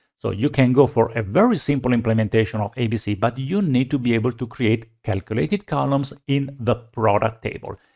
so you can go for a very simple implementation of abc but you need to able able to create calculated columns in the product table.